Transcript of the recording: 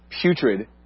putrid